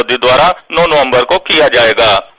da da da yeah da da